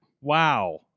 Wow